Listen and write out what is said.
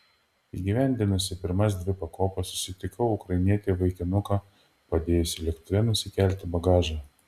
įgyvendinusi pirmas dvi pakopas susitikau ukrainietį vaikinuką padėjusį lėktuve nusikelti bagažą